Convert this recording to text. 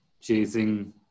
chasing